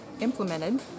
implemented